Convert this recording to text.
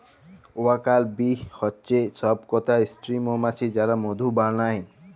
worker bee হচ্যে সব কটা স্ত্রী মমাছি যারা মধু বালায়